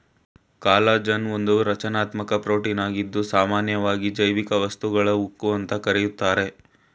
collagen ಒಂದು ರಚನಾತ್ಮಕ ಪ್ರೋಟೀನಾಗಿದ್ದು ಸಾಮನ್ಯವಾಗಿ ಜೈವಿಕ ವಸ್ತುಗಳ ಉಕ್ಕು ಅಂತ ಕರೀತಾರೆ